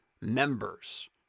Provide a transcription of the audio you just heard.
members